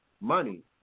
money